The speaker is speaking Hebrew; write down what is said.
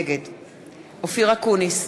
נגד אופיר אקוניס,